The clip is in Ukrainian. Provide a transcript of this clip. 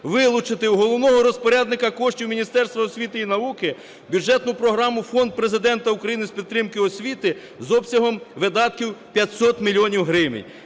Вилучити у головного розпорядника коштів Міністерства освіти і науки бюджетну програму "Фонд Президента України з підтримки освіти" з обсягом видатків 500 мільйонів